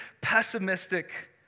pessimistic